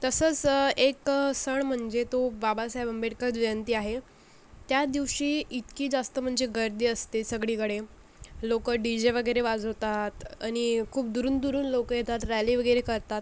तसंच एक सण म्हणजे तो बाबासाहेब आंबेडकर जयंती आहे त्या दिवशी इतकी जास्त म्हणजे गर्दी असते सगळीकडे लोकं डी जे वगैरे वाजवतात आणि खूप दुरून दुरून लोकं येतात रॅली वगैरे करतात